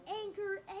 anchor